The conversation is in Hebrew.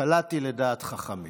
קלעתי לדעת חכמים.